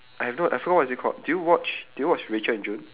I have no I forgot what is it called do you watch do you watch rachel and jun